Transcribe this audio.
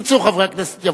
ירצו חברי הכנסת,